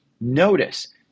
Notice